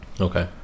Okay